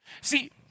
See